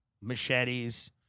machetes